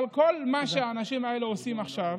אבל כל מה שהאנשים האלה עושים עכשיו,